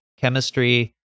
chemistry